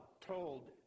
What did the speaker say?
told